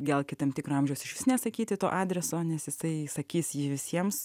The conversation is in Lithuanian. gal ki tam tikrai amžiaus išvis nesakyti to adreso nes jisai įsakys jį visiems